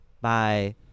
bye